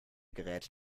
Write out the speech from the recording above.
gerät